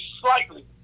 slightly